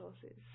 sources